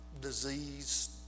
disease